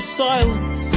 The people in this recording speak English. silent